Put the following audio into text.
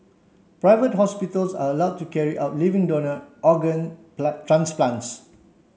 private hospitals are allowed to carry out living donor organ transplants